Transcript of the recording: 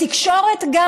בתקשורת גם,